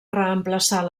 reemplaçar